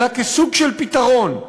אלא כסוג של פתרון.